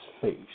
face